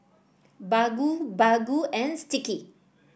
Baggu Baggu and Sticky